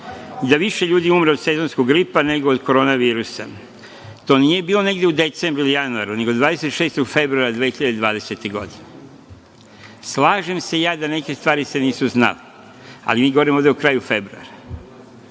da više ljudi umre od sezonskog gripa nego od Koronavirusa? To nije bilo negde u decembru ili januaru, nego 26. februara 2020. godine. Slažem se ja da se neke stvari nisu znale, ali mi govorimo ovde o kraju februara.